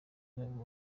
babwo